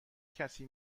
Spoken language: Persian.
کسی